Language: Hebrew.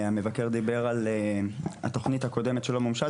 המבקר דיבר על התוכנית הקודמת שלא מומשה,